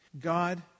God